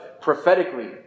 prophetically